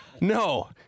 No